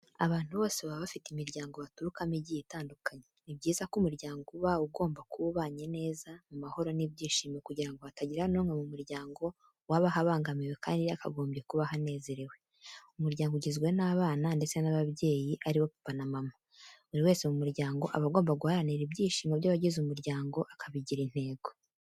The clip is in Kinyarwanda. Abantu bose baba bafite imiryango baturukamo igiye itandukanye. Ni byiza ko umuryango uba ugomba kuba ubanye neza mu mahoro n'ibyishimo kugira ngo hatagira n'umwe mu muryango wabaho abangamiwe kandi yakagombye kubaho anezerewe. Umuryango ugize n'abana ndetse n'abayeyi, ari bo papa na mama. Buri wese mu muryango aba agomba guharanira ibyishimo by'abagize umuryango akabigira intego.